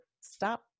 stop